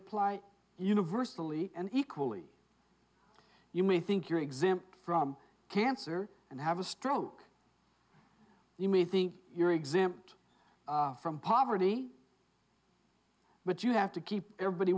apply universally and equally you may think you're exempt from cancer and have a stroke you may think you're exempt from poverty but you have to keep everybody